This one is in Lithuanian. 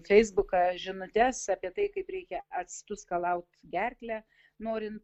feisbuką žinutes apie tai kaip reikia actu skalauti gerklę norint